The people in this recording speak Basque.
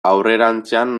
aurrerantzean